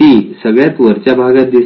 ती सगळ्यात वरच्या भागात दिसते